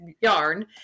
yarn